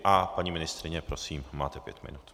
A paní ministryně, prosím, máte pět minut.